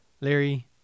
Larry